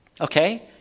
Okay